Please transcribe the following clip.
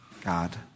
God